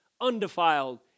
undefiled